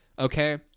Okay